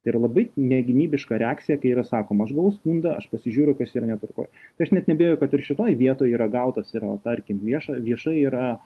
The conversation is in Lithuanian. tai yra labai negynybiška reakcija kai yra sakoma aš gavau skundą aš pasižiūriu kas yra netvarkoj tai aš net neabejoju kad ir šitoj vietoj yra gautas yra tarkim viešą viešai yra